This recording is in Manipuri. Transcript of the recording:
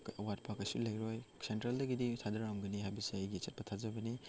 ꯑꯋꯥꯠꯄ ꯀꯩꯁꯨ ꯂꯩꯔꯣꯏ ꯁꯦꯟꯇ꯭ꯔꯦꯜꯗꯒꯤꯗꯤ ꯊꯥꯗꯔꯝꯒꯅꯤ ꯍꯥꯏꯕꯁꯤ ꯑꯩꯒꯤ ꯑꯆꯦꯠꯄ ꯊꯥꯖꯕꯅꯤ